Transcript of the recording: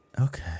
Okay